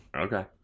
Okay